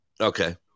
Okay